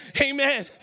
Amen